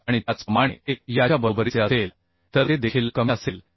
हे आणि त्याचप्रमाणे हे याच्या बरोबरीचे असेल तर ते देखील कमी असेल